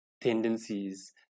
tendencies